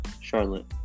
Charlotte